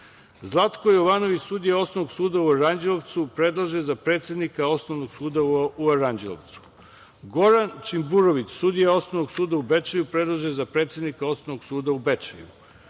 Zlatko Jovanović sudija Osnovnog suda u Aranđelovcu, predložen za predsednika Osnovnog suda u Aranđelovcu; Goran Čimburović sudija Osnovnog suda u Bečeju, predložen za predsednika Osnovnog suda u Bečeju,